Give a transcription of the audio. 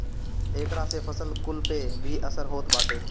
एकरा से फसल कुल पे भी असर होत बाटे